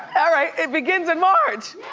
all right, it begins in march.